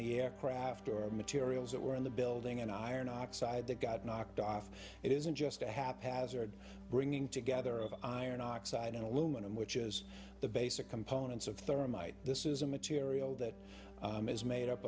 the aircraft or materials that were in the building and iron oxide that got knocked off it isn't just a haphazard bringing together of iron oxide and aluminum which is the basic components of thermite this is a material that is made up